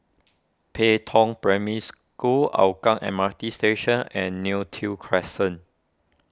Pei Tong Primary School Hougang M R T Station and Neo Tiew Crescent